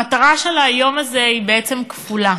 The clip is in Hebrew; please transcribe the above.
המטרה של היום הזה היא בעצם כפולה: